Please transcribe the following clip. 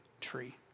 tree